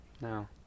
No